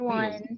one